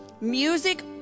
music